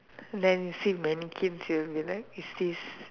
then he say is this